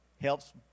helps